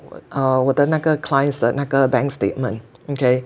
我啊我的那个 clients 的那个 bank statement okay